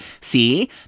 See